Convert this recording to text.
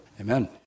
Amen